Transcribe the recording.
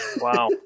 Wow